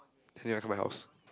then you want come my house